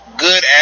good